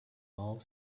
old